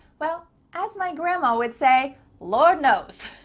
well, as my grandma would say, lord knows.